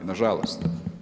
Nažalost.